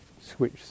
switch